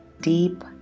deep